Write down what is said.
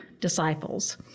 disciples